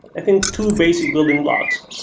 i think, two basic building blocks.